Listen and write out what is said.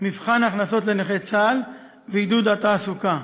מבחן ההכנסות לנכי צה"ל ועידוד התעסוקה,